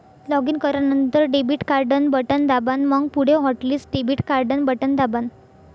login करानंतर debit card न button दाबान, मंग पुढे हॉटलिस्ट डेबिट कार्डन बटन दाबान